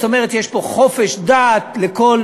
זאת אומרת, יש פה חופש דת לכל